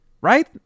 Right